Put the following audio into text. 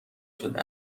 شده